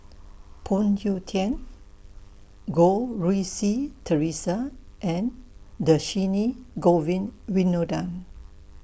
Phoon Yew Tien Goh Rui Si Theresa and Dhershini Govin Winodan